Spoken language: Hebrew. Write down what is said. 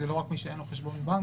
זה לא רק מי שאין לו חשבון בנק.